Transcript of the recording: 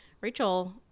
rachel